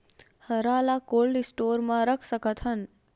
हरा ल cold store म रख सकथन?